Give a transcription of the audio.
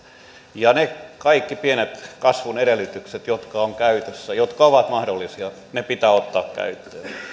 ne kaikki pienet kasvun edellytykset jotka ovat käytössä jotka ovat mahdollisia pitää ottaa käyttöön